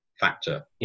factor